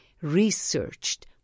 researched